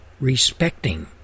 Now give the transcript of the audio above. respecting